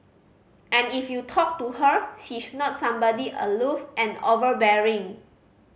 and if you talk to her she's not somebody aloof and overbearing